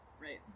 right